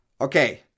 Okay